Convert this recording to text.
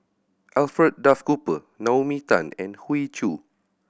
Alfred Duff Cooper Naomi Tan and Hoey Choo